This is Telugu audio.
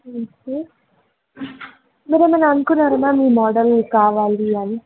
ఓకే మీరేమన్నా అనుకున్నారా మ్యామ్ ఈ మోడల్ కావాలి అని